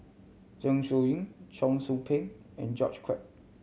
Zeng Shouyin Cheong Soo Pieng and George Quek